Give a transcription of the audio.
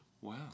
Wow